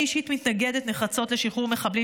אני אישית מתנגדת נחרצות לשחרור מחבלים